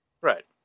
Right